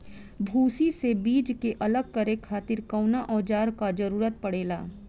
भूसी से बीज के अलग करे खातिर कउना औजार क जरूरत पड़ेला?